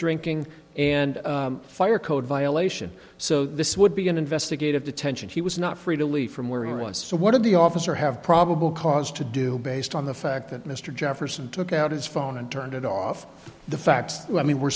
drinking and fire code violation so this would be an investigative detention he was not free to leave from where he was so what did the officer have probable cause to do based on the fact that mr jefferson took out his phone and turned it off the facts that i mean we're